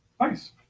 Nice